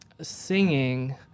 singing